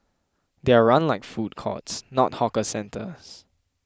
they are run like food courts not hawker centres